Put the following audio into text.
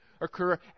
occur